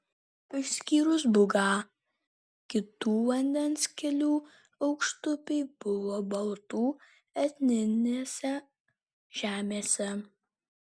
išskyrus bugą kitų vandens kelių aukštupiai buvo baltų etninėse žemėse